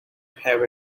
have